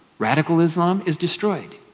radical islam is destroyed.